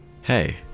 Hey